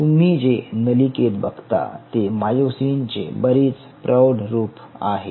तुम्ही जे नलिकेत बघता ते मायोसिनचे बरेच प्रौढ स्वरूप आहे